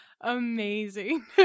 amazing